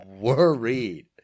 worried